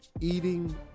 eating